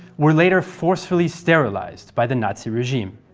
were later forcefully sterilized by the nazi regime